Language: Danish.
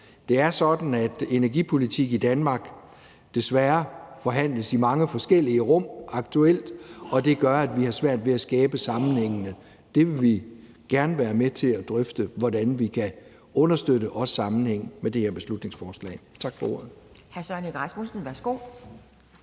Det er sådan, at energipolitik i Danmark desværre aktuelt forhandles i mange forskellige rum, og det gør, at vi har svært ved at skabe sammenhængene. Der vil vi gerne være med til at drøfte, hvordan vi kan understøtte også sammenhængen med det her beslutningsforslag. Tak for ordet.